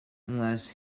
unless